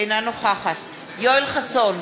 אינה נוכחת יואל חסון,